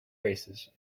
races